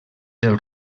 del